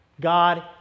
God